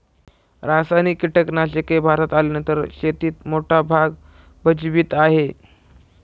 रासायनिक कीटनाशके भारतात आल्यानंतर शेतीत मोठा भाग भजवीत आहे